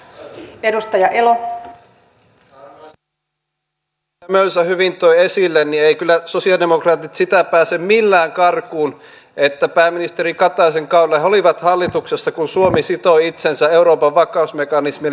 niin kuin edustaja mölsä hyvin toi esille sosialidemokraatit eivät kyllä sitä pääse millään karkuun että pääministeri kataisen kaudella he olivat hallituksessa kun suomi sitoi itsensä euroopan vakausmekanismiin eli evm